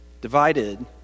Divided